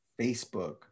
Facebook